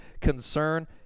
concern